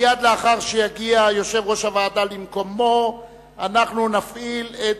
מייד לאחר שיגיע יושב-ראש הוועדה למקומו אנחנו נפעיל את